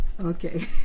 Okay